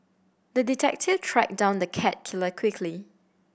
the detective tracked down the cat killer quickly